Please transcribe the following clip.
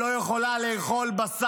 אתה לא מבין,